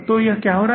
तो क्या हो रहा है